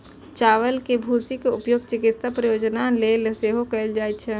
चावल के भूसी के उपयोग चिकित्सा प्रयोजन लेल सेहो कैल जाइ छै